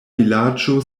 vilaĝo